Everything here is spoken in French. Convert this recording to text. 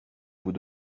vous